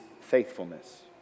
faithfulness